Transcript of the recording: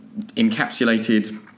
encapsulated